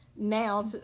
now